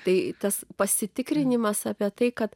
tai tas pasitikrinimas apie tai kad